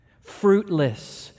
fruitless